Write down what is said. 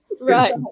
Right